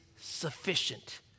sufficient